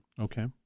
Okay